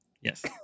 Yes